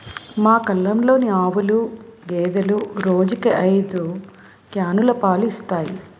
మా కల్లంలోని ఆవులు, గేదెలు రోజుకి ఐదు క్యానులు పాలు ఇస్తాయి